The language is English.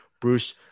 bruce